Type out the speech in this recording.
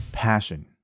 passion